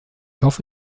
hoffe